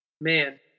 Man